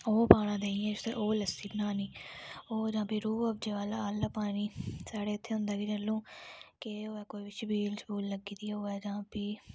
ओह् पाना देही बिच ते ओह् लस्सी बनानी ओह् फिर रुअफजे आहला पानी साढ़े इत्थै होंदा नेईं केह् होऐ छबील लग्गी दी होऐ जां फ्ही